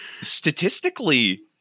Statistically